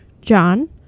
John